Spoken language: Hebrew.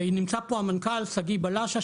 נמצא פה המנכ"ל שגיא בלשה,